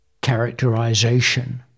characterization